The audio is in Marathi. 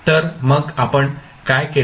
तर मग आपण काय केले